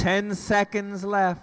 ten seconds left